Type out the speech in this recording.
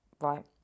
right